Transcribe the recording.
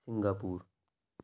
Singapore